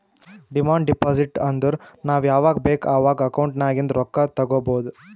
demand deposit ಅಂದುರ್ ನಾವ್ ಯಾವಾಗ್ ಬೇಕ್ ಅವಾಗ್ ಅಕೌಂಟ್ ನಾಗಿಂದ್ ರೊಕ್ಕಾ ತಗೊಬೋದ್